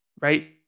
right